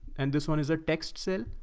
and this one is a text cell.